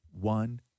one